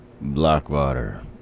Blackwater